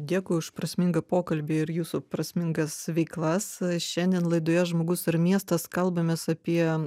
dėkui už prasmingą pokalbį ir jūsų prasmingas veiklas šiandien laidoje žmogus ir miestas kalbamės apie